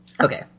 Okay